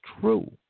true